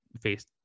face